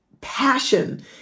passion